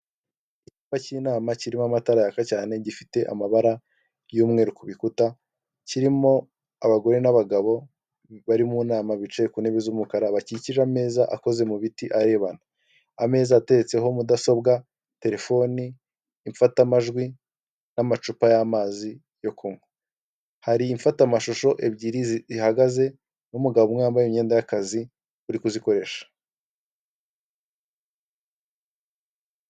Icyumba cy'inama kirimo amatara yaka cyane gifite amabara y'umweru ku bikuta, kirimo abagore n'abagabo bari mu nama bicaye ku ntebe z'umukara bakikije ameza akoze mu biti arebana, ameza ateretseho mudasobwa, telefoni, imfatamajwi n'amacupa y'amazi yo kunywa, hari imfatamashusho ebyiri zihagaze n'umugabo umwe wambaye imyenda y'akazi uri kuzikoresha.